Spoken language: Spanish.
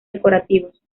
decorativos